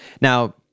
Now